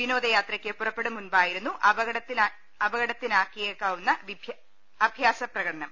വിനോദയാത്രയ്ക്ക് പുറപ്പെടും മുൻപായിരുന്നു അപകടത്തി നിടയാക്കിയേക്കാവുന്ന അഭ്യാസപ്രകടനം